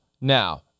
Now